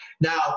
now